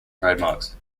trademarks